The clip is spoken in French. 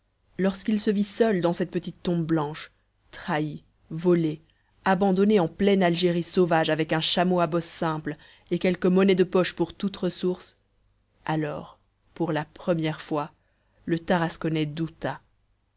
lorsqu'il se vit seul dans cette petite tombe blanche trahi volé abandonné en pleine algérie sauvage avec un chameau à bosse simple et quelque monnaie de poche pour toute ressource alors pour la première fois le tarasconnais douta